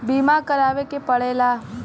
बीमा करावे के पड़ेला